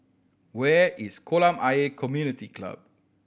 where is Kolam Ayer Community Club